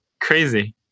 crazy